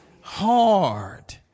Hard